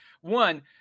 one